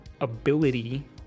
ability